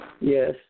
Yes